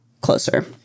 closer